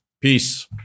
peace